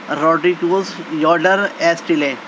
روڈی ٹولس یوڈر ایسٹلے